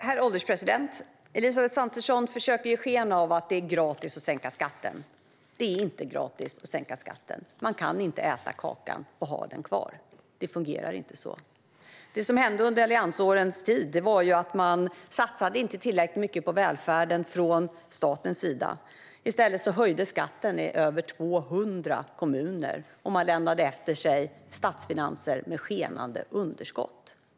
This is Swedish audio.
Herr ålderspresident! Elisabeth Svantesson försöker ge sken av att det är gratis att sänka skatten. Men det är inte gratis att sänka skatten. Man kan inte äta kakan och ha den kvar. Det fungerar inte så. Det som hände under alliansåren var att man inte satsade tillräckligt mycket på välfärden från statens sida. I stället höjdes skatten i över 200 kommuner. Man lämnade efter sig statsfinanser med skenande underskott.